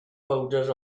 bowdr